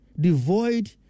devoid